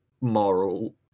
moral